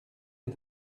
est